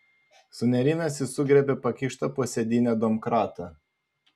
sunerimęs jis sugriebė pakištą po sėdyne domkratą